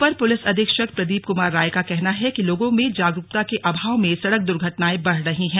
अपर police अधीक्षक प्रदीप कुमार रॉय का कहना है कि लोगों में जागरूकता के अभाव में सड़क द्र्घटनाएं बढ़ रही हैं